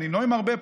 אני נואם הרבה פה,